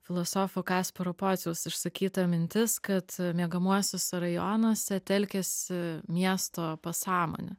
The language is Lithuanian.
filosofo kasparo pociaus išsakyta mintis kad miegamuosiuose rajonuose telkiasi miesto pasąmonė